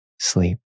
sleep